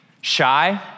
shy